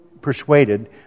persuaded